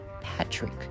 patrick